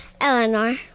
Eleanor